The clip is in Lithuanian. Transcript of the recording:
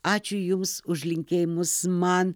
ačiū jums už linkėjimus man